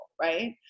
right